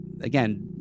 Again